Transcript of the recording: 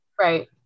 right